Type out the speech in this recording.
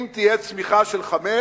אם תהיה צמיחה של 5%,